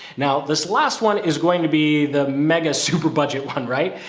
now this last one is going to be the mega super budget one, right?